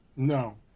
No